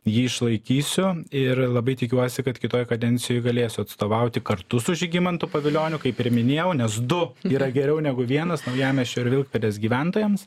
jį išlaikysiu ir labai tikiuosi kad kitoj kadencijoj galėsiu atstovauti kartu su žygimantu pavilioniu kaip ir minėjau nes du yra geriau negu vienas naujamiesčio ir vilkpėdės gyventojams